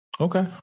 Okay